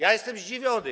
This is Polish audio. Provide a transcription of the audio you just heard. Ja jestem zdziwiony.